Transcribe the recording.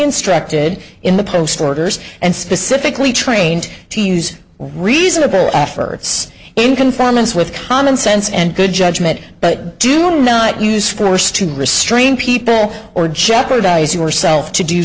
instructed in the post orders and specifically trained to use reasonable efforts in conformance with common sense and good judgment but do not use force to restrain people or jeopardize yourself to do